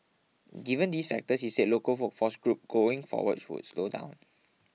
given these factors he said local workforce growth going forward would slow down